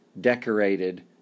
decorated